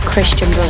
Christian